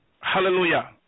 Hallelujah